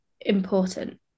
important